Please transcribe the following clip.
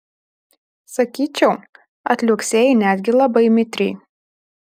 sakyčiau atliuoksėjai netgi labai mitriai